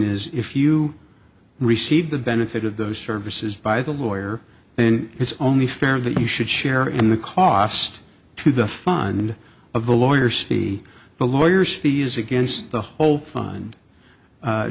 is if you receive the benefit of those services by the lawyer then it's only fair that you should share in the cost to the fund of the lawyer see the lawyers fees against the whole f